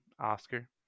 oscar